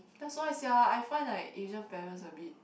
that's why sia I find like Asian parents a bit